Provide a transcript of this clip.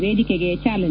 ವೇದಿಕೆಗೆ ಚಾಲನೆ